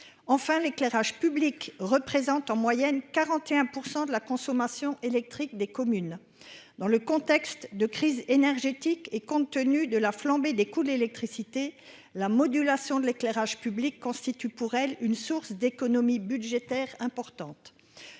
Enfin, l'éclairage public représente en moyenne 41% de la consommation électrique des communes dans le contexte de crise énergétique et compte tenu de la flambée des coûts, l'électricité, la modulation de l'éclairage public constitue pour elle une source d'économies budgétaires importantes.